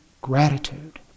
gratitude